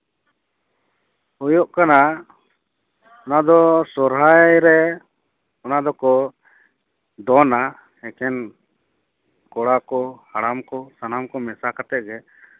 ᱦᱩᱭᱩᱜ ᱠᱟᱱᱟ ᱚᱱᱟᱫᱚ ᱥᱚᱨᱦᱟᱭᱨᱮ ᱚᱱᱟ ᱫᱚᱠᱚ ᱫᱚᱱᱟ ᱮᱠᱮᱱ ᱠᱚᱲᱟᱠᱚ ᱦᱟᱲᱟᱢᱠᱚ ᱥᱟᱱᱟᱢᱠᱚ ᱢᱮᱥᱟᱠᱟᱛᱮ ᱜᱮ ᱛᱟᱞᱟ ᱠᱩᱞᱦᱤᱨᱮ